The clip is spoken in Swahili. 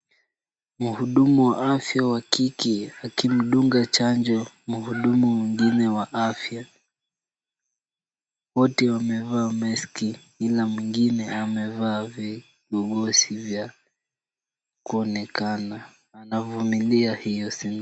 Mhudumu wa afya wa kike akimdunga chanjo mhudumu mwingine wa afya. Wote wamevaa meski ila mwingine amevaa vigogosi vya kuonekana. Anavumilia hiyo sindano.